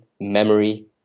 memory